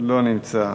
לא נמצא.